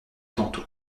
tantôt